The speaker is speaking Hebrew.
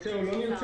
נרצה או לא נרצה.